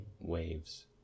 waves